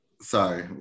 Sorry